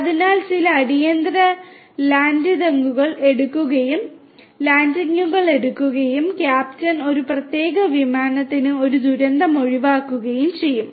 അതിനാൽ ചില അടിയന്തര ലാൻഡിംഗുകൾ എടുക്കുകയും ക്യാപ്റ്റൻ ഒരു പ്രത്യേക വിമാനത്തിന് ഒരു ദുരന്തം ഒഴിവാക്കുകയും ചെയ്യും